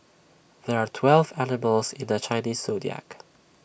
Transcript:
there are twelve animals in the Chinese Zodiac